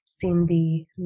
Cindy